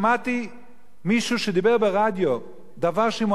שמעתי מישהו שדיבר ברדיו ואמר דבר שאם הוא